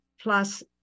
plus